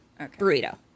Burrito